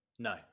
No